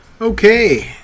Okay